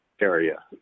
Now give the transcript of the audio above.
area